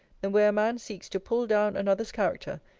than where a man seeks to pull down another's character,